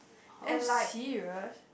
oh serious